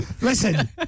Listen